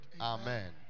Amen